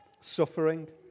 Suffering